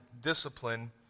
discipline